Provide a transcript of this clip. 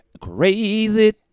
Crazy